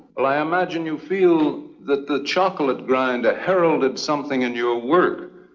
like i imagine you feel that the chocolate grinder i heralded something in your work,